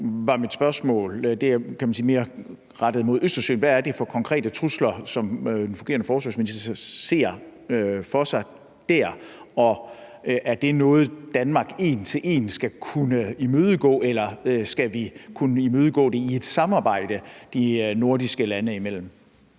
mit spørgsmål, var mere rettet mod Østersøregionen. Hvad er det for konkrete trusler, som den fungerende forsvarsminister ser for sig dér? Og er det noget, som Danmark en til en skal kunne imødegå, eller skal vi kunne imødegå det i et samarbejde de nordiske lande imellem?